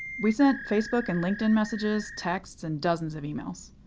we sent facebook and linkedin messages, texts, and dozens of emails.